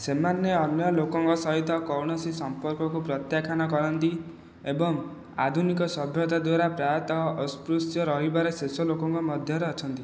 ସେମାନେ ଅନ୍ୟ ଲୋକଙ୍କ ସହିତ କୌଣସି ସମ୍ପର୍କକୁ ପ୍ରତ୍ୟାଖ୍ୟାନ କରନ୍ତି ଏବଂ ଆଧୁନିକ ସଭ୍ୟତା ଦ୍ୱାରା ପ୍ରାୟତଃ ଅସ୍ପୃଶ୍ୟ ରହିବାର ଶେଷ ଲୋକଙ୍କ ମଧ୍ୟରେ ଅଛନ୍ତି